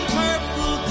purple